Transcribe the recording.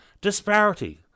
disparity